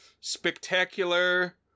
spectacular